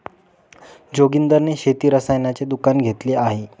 जोगिंदर ने शेती रसायनाचे दुकान घेतले आहे